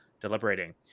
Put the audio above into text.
deliberating